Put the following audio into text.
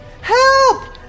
Help